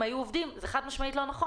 אם הם היו עובדים זה חד משמעית לא נכון.